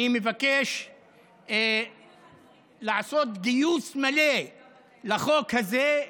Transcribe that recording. אני מבקש לעשות גיוס מלא לחוק הזה,